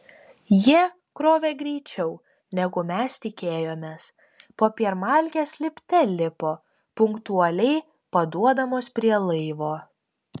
jie krovė greičiau negu mes tikėjomės popiermalkės lipte lipo punktualiai paduodamos prie laivo